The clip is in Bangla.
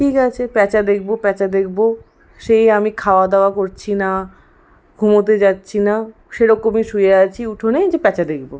ঠিক আছে প্যাঁচা দেখব প্যাঁচা দেখব সেই আমি খাওয়াদাওয়া করছি না ঘুমোতে যাচ্ছি না সেরকমই শুয়ে আছি উঠোনে যে প্যাঁচা দেখব